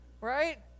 right